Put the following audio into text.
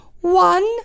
one